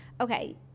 Okay